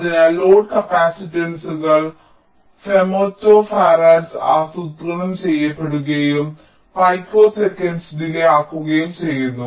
അതിനാൽ ലോഡ് കപ്പാസിറ്റൻസുകൾ ഫെംടോഫാരഡുകളിൽ ആസൂത്രണം ചെയ്യപ്പെടുകയും പിക്കോ സെക്കൻഡുകൾ ഡിലേയ് ആവുകയും ചെയ്യുന്നു